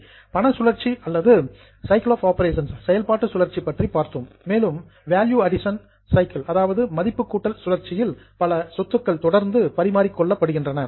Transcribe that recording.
மணி cycle பண சுழற்சி அல்லது சைக்கிள் ஆஃப் ஆப்பரேஷன்ஸ் செயல்பாட்டு சுழற்சி பற்றி பார்த்தோம் மேலும் வேல்யூ அடிசன் சைக்கிள் மதிப்பு கூட்டல் சுழற்சியில் பல சொத்துக்கள் தொடர்ந்து எக்ஸ்சேஞ்ச்டு பரிமாறிக் கொள்ளப்படுகின்றன